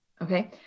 Okay